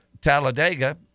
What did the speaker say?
Talladega